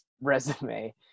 resume